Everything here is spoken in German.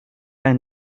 einen